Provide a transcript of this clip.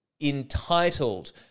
entitled